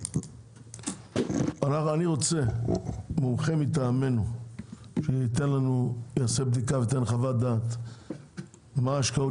אני רוצה מומחה מטעמנו שיעשה בדיקה וייתן חוות דעת מה ההשקעות